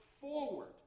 forward